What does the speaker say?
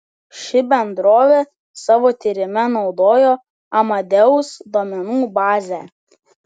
ši bendrovė savo tyrime naudojo amadeus duomenų bazę